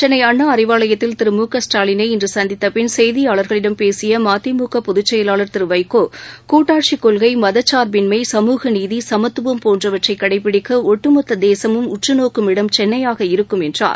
சென்னை அண்ணா அறிவாவயத்தில் திரு மு க ஸ்டாலினை இன்று சந்தித்தப்பின் செய்தியாளர்களிடம் பேசிய மதிமுக பொகச் செயலாளர் திரு வைகோ கூட்டாட்சி கொள்கை மதசார்பின்மை சமூக நீதி சமத்துவம் போன்றவற்றை கடைபிடிக்க ஒட்டுமொத்த தேசமும் உற்றுநோக்கும் இடம் சென்னையாக இருக்கும் என்றார்